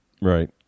Right